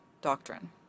doctrine